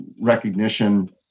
recognition